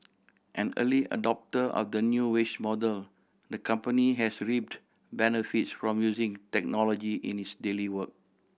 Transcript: an early adopter of the new wage model the company has reaped benefits from using technology in its daily work